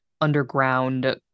underground